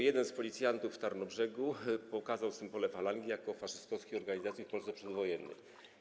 Jeden z policjantów w Tarnobrzegu pokazał symbol Falangi jako faszystowskiej organizacji z czasów przedwojennych.